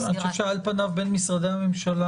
אני חושב שעל פניו בין משרדי הממשלה,